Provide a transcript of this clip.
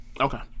Okay